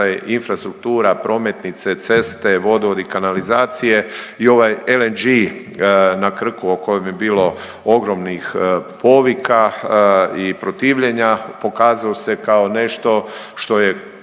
infrastruktura, prometnice, ceste, vodovodi, kanalizacije i ovaj LNG na Krku o kojem je bilo ogromnih povika i protivljenja, pokazao se kao nešto što je